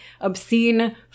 obscene